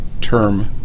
term